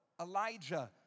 Elijah